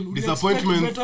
Disappointment